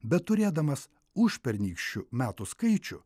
bet turėdamas užpernykščių metų skaičių